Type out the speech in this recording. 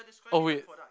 oh wait